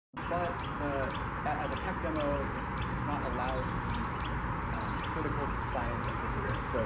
but the as a tech demo it's it's not allowed to be critical to the science of perseverance. so